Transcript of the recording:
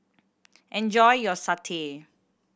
enjoy your satay